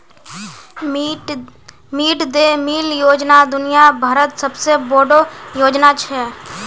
mid day meal योजना दुनिया भरत सबसे बोडो योजना छे